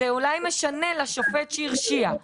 זה אולי משנה לשופט שהרשיע,